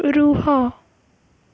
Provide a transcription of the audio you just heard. ରୁହ